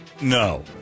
No